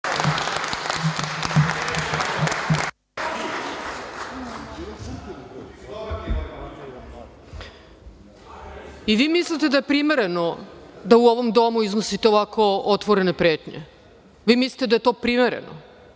Vi mislite da je primereno da u ovom domu iznosite ovako otvorene pretnje. Vi mislite da je to primereno,